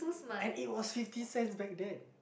and it was fifty cents back there